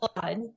blood